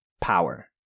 power